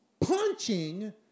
punching